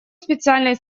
специальной